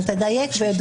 אבל תדייק.